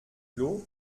clos